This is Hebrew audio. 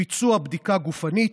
ביצוע בדיקה גופנית,